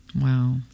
Wow